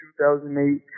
2008